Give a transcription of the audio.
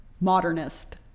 modernist